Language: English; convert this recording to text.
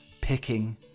picking